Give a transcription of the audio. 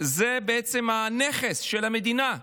בעצם הנכס של המדינה.